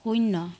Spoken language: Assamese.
শূন্য